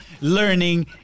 learning